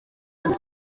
hari